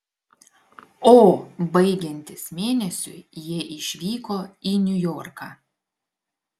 o baigiantis mėnesiui jie išvyko į niujorką